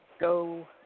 go